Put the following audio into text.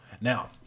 Now